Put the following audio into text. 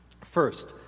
First